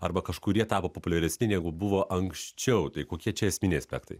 arba kažkurie tapo populiaresni negu buvo anksčiau tai kokie čia esminiai aspektai